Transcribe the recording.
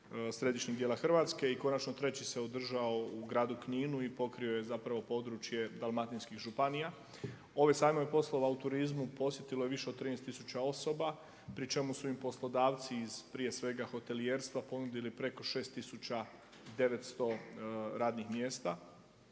središnjeg dijela Hrvatske i konačno treći se održao u gradu Kninu i pokrio je područje dalmatinskih županija. Ove sajmove poslova u turizmu posjetilo je više od 13 tisuća osoba pri čemu su im poslodavci iz prije svega hotelijerstva ponudili preko 6900 radnih mjesta.